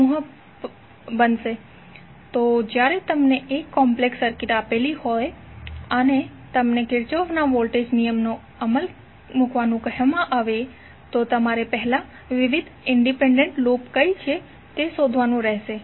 તો જ્યારે તમને એક કોમ્પ્લેક્સ સર્કિટ આપેલી હોય અને તમને કિર્ચોફના વોલ્ટેજ નિયમને અમલમાં મૂકવાનુ કહેવામાં આવે તો તમારે પહેલા વિવિધ ઇંડિપેન્ડન્ટ લૂપ કઇ છે તે શોધવાનું રહેશે